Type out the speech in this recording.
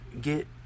get